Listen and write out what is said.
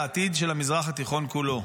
העתיד של המזרח התיכון כולו,